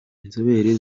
inzobere